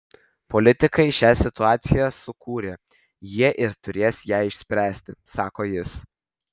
politikai šią situaciją sukūrė jie ir turės ją išspręsti sako jis